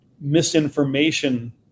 misinformation